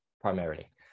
primarily